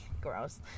gross